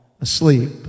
asleep